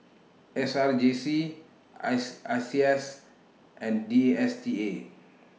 S R J C I S I C S and D S T A